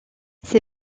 ces